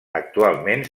actualment